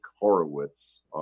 Horowitz